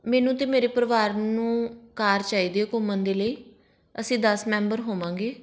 ਮੈਨੂੰ ਅਤੇ ਮੇਰੇ ਪਰਿਵਾਰ ਨੂੰ ਕਾਰ ਚਾਹੀਦੀ ਹੈ ਘੁੰਮਣ ਦੇ ਲਈ ਅਸੀਂ ਦਸ ਮੈਂਬਰ ਹੋਵਾਂਗੇ